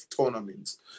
tournaments